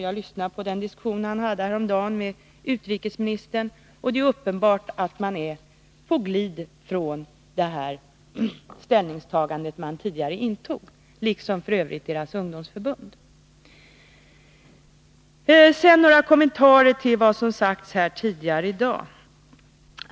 Jag lyssnade på den diskussion han hade häromdagen med utrikesministern, och det är uppenbart att moderaterna är på glid från den ståndpunkt de tidigare intog, liksom f. ö. deras ungdomsförbund. Sedan några kommentarer till vad som sagts här tidigare i dag.